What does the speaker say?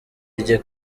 rye